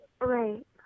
Right